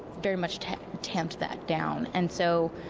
very much tempted that down. and so,